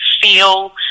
feel